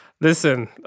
listen